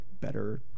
better